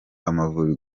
amavubi